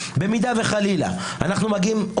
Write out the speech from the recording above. עליי ותטען שאני מתנשא אני מזכיר לכם שהדיון הוא